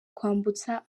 kwambutsa